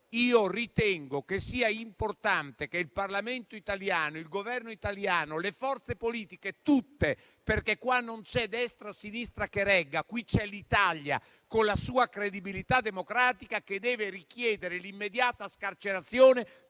Io ritengo importante che il Parlamento italiano, il Governo italiano e le forze politiche tutte intervengano, perché qua non c'è destra o sinistra che regga, ma c'è l'Italia, con la sua credibilità democratica, che deve richiedere l'immediata scarcerazione